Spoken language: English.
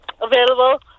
available